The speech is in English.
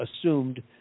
assumed